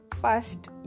First